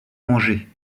manger